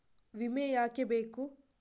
ವಿಮೆ ಯಾಕೆ ಬೇಕು?